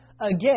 again